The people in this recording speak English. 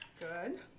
Good